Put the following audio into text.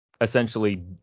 essentially